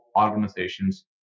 organizations